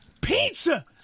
pizza